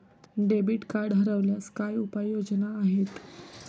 Debit card हरवल्यास काय उपाय योजना आहेत?